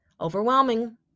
overwhelming